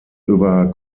über